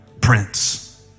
prince